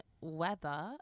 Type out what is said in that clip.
weather